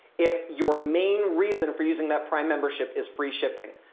if your main reason for using that prime membership is free shipping.